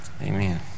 amen